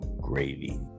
gravy